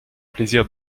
plaisir